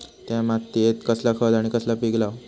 त्या मात्येत कसला खत आणि कसला पीक लाव?